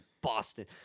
Boston